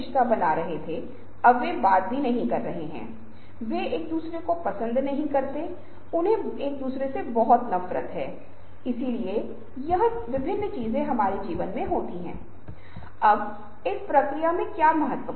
इसलिए हम देखते हैं कि हमारे पास पारंपरिक रूप से बहुत मजबूत विश्वास था कि आप जो देखते हैं वह वही है जो आप मानते हैं हमारे पास एक चरण भी है जो बताता है कि देखना ही विश्वास है